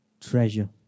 treasure